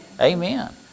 Amen